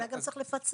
אולי גם צריך לפצל,